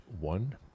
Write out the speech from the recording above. one